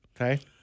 Okay